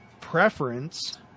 preference